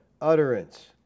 utterance